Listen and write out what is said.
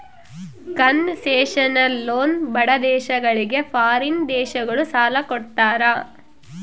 concessional loan ಬಡ ದೇಶಗಳಿಗೆ foreign ದೇಶಗಳು ಸಾಲ ಕೊಡ್ತಾರ